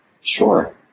sure